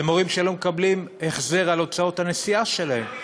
אלה מורים שלא מקבלים החזר על הוצאות הנסיעה שלהם.